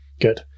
Good